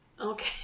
Okay